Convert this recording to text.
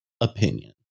opinion